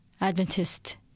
Adventist